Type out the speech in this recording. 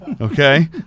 Okay